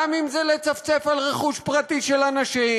גם אם זה לצפצף על רכוש פרטי של אנשים,